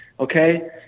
Okay